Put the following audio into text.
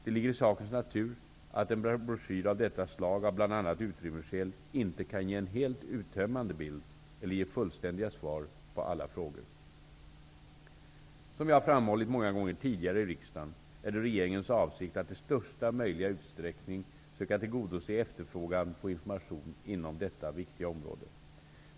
Det ligger i sakens natur att en broschyr av detta slag av bl.a. utrymmesskäl inte kan ge en helt uttömmande bild eller ge fullständiga svar på samtliga frågor. Som jag har framhållit många gånger tidigare i riksdagen är det regeringens avsikt att i största möjliga utsträckning söka tillgodose efterfrågan på information inom detta viktiga område.